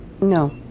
No